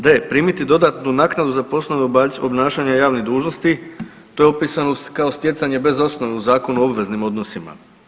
D) primiti dodatnu naknadu za posebno obnašanje javnih dužnosti, to je opisano kao stjecanje bez osnove u Zakonu o obveznim odnosima.